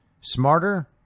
smarter